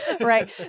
Right